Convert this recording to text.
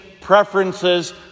preferences